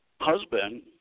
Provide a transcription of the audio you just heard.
husband